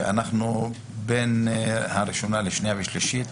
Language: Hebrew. שבין הקריאה הראשונה לשנייה ושלישית,